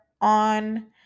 on